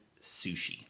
sushi